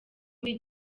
muri